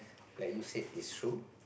like you said is true